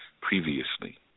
previously